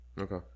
Okay